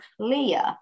clear